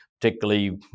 particularly